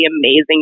amazing